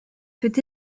peut